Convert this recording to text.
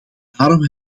daarom